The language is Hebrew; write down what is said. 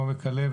מעומק הלב,